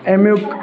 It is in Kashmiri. اَمیُک